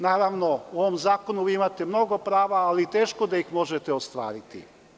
Naravno u ovom zakonu vi imate mnogo prava ali teško da ih možete ostvariti.